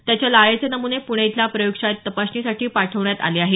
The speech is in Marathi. त्याच्या लाळेचे नमुने पुणे इथल्या प्रयोगशाळेत तपासणी साठी पाठवण्यात आले आहेत